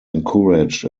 encouraged